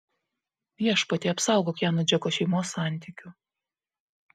viešpatie apsaugok ją nuo džeko šeimos santykių